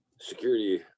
security